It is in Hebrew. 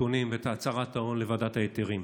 נתונים ואת הצהרת ההון לוועדת ההיתרים.